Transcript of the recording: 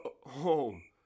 home